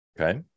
Okay